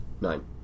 nine